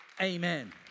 amen